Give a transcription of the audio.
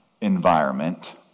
environment